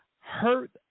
hurt